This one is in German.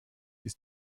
ist